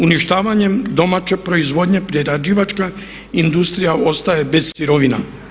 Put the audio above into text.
Uništavanjem domaće proizvodnje prerađivačka industrija ostaje bez sirovina.